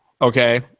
Okay